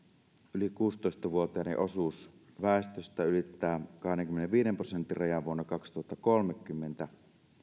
yli kuusitoista vuotiaiden osuus väestöstä ylittää kahdenkymmenenviiden prosentin rajan vuonna kaksituhattakolmekymmentä